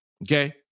Okay